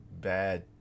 bad